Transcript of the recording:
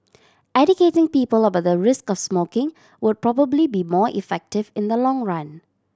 educating people about the risks of smoking would probably be more effective in the long run